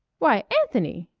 why, anthony!